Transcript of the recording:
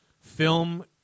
film